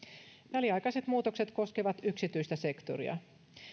väliaikaiset muutokset koskevat yksityistä sektoria